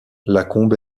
lacombe